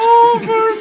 over